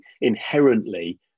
inherently